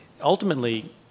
Ultimately